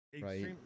right